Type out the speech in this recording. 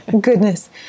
Goodness